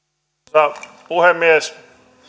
arvoisa puhemies